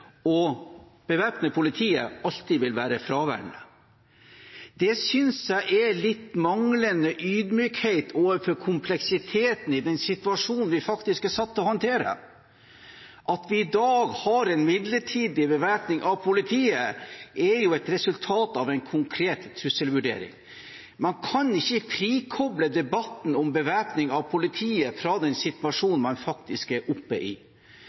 å bevæpne politiet alltid vil være fraværende. Det synes jeg er litt manglende ydmykhet overfor kompleksiteten i den situasjonen vi faktisk er satt til å håndtere. At vi i dag har en midlertidig bevæpning av politiet, er jo et resultat av en konkret trusselvurdering. Man kan ikke frikoble debatten om bevæpning av politiet fra den situasjonen man faktisk er oppe i.